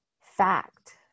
fact